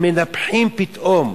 הם מנפחים פתאום